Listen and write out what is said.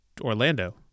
Orlando